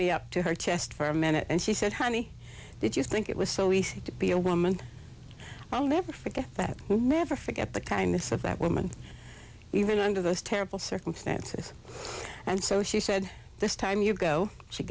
me up to her chest for a minute and she said honey did you think it was so easy to be a woman i'll never forget that never forget the kindness of that woman even under those terrible circumstances and so she said this time you go she